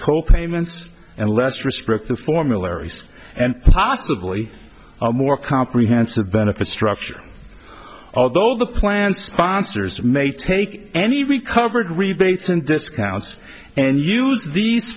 co payments and less restrictive formularies and possibly a more comprehensive benefit structure although the plan sponsors may take any recovered rebates and discounts and use these